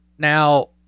Now